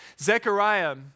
Zechariah